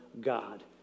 God